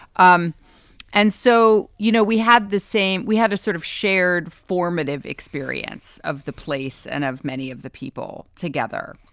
um and so, you know, we had the same we had a sort of shared formative experience of the place and have many of the people together.